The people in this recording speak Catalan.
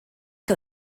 que